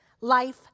Life